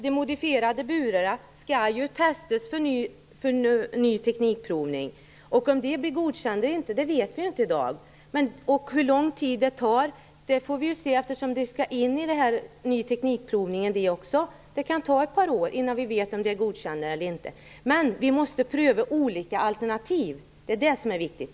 De modifierade burarna skall testas genom ny teknikprovning. Om de blir godkända eller inte vet vi inte i dag. Hur lång tid det tar får vi se, eftersom det också skall ske genom ny teknikprovning. Det kan ta ett par år innan vi vet om de är godkända eller inte. Men vi måste prova olika alternativ. Det är det som är viktigt.